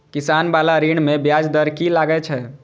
किसान बाला ऋण में ब्याज दर कि लागै छै?